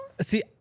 see